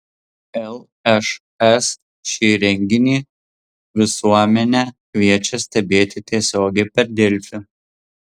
lšs šį renginį visuomenę kviečia stebėti tiesiogiai per delfi